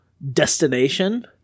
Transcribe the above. destination